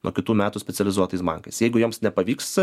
nuo kitų metų specializuotais bankais jeigu joms nepavyks